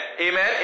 Amen